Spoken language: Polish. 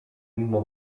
mimo